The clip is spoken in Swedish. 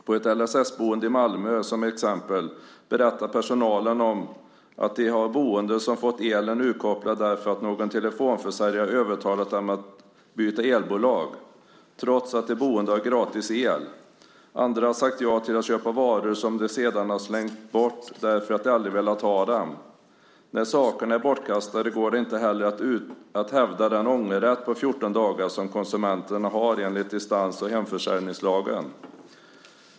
På ett LSS-boende i Malmö till exempel berättar personalen om att de har boende som fått elen urkopplad därför att någon telefonförsäljare övertalat dem att byta elbolag trots att de boende har gratis el. Andra har sagt ja till att köpa varor som de sedan har slängt bort därför att de aldrig ville ha dem. När sakerna är bortkastade går det inte att hävda den ångerrätt under 14 dagar som konsumenter har enligt distans och hemförsäljningslagen.